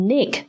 Nick